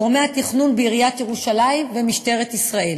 גורמי התכנון בעיריית ירושלים ומשטרת ישראל.